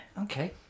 Okay